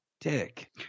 dick